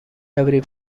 every